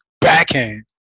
backhand